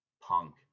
punk